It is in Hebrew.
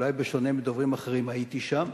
אולי בשונה מדוברים אחרים, הייתי שם.